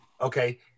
Okay